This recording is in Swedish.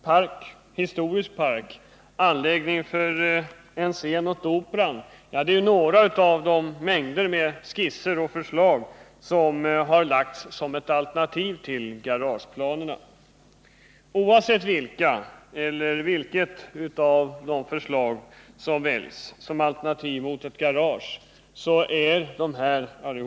Park, historisk park, anläggning för scen åt Operan — det är några av de skisser och förslag som framlagts som alternativ till garageplanerna. Oavsett vilket av dessa förslag som väljs är dessa alternativ alla att föredra före ett garage.